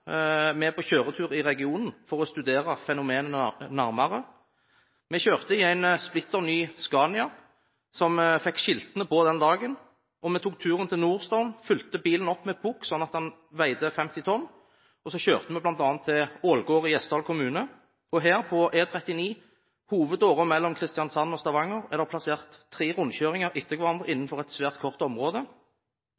på kjøretur i regionen for å studere fenomenet nærmere. Vi kjørte i en splitter ny Scania, som fikk skiltene på den dagen, og vi tok turen til NorStone, fylte bilen opp med pukk, slik at den veide 50 tonn, og så kjørte vi bl.a. til Ålgård i Gjesdal kommune, og her, på E39, hovedåren mellom Kristiansand og Stavanger, er det plassert tre rundkjøringer etter hverandre